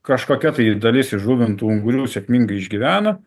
kažkokia tai dalis įžuvintų ungurių sėkmingai išgyvena